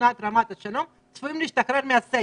שכונת רמת שלמה צפויים להשתחרר מהסגר".